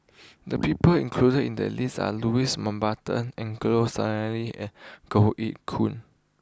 the people included in the list are Louis Mountbatten Angelo Sanelli and Goh Eck Kheng